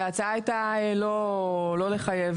וההצעה הייתה לא לחייב.